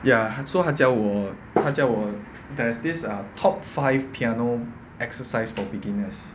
ya so 他叫我他叫我 there's this uh top five piano exercises for beginners